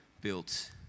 built